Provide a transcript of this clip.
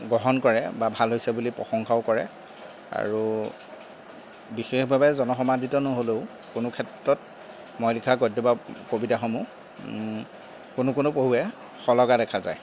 গ্ৰহণ কৰে বা ভাল হৈছে বুলি প্ৰশংসাও কৰে আৰু বিশেষভাৱে জনসমাদিত নহ'লেও কোনো ক্ষেত্ৰত মই লিখা গদ্য বা কবিতাসমূহ কোনো কোনো পঢ়ুৱে সলগা দেখা যায়